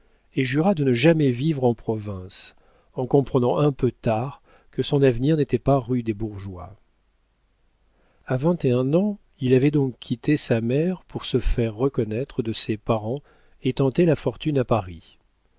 et jura de ne jamais vivre en province en comprenant un peu tard que son avenir n'était pas rue des bourgeois a vingt-un ans il avait donc quitté sa mère pour se faire reconnaître de ses parents et tenter la fortune à paris